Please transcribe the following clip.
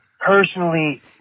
personally